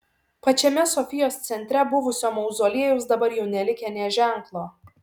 pačiame sofijos centre buvusio mauzoliejaus dabar jau nelikę nė ženklo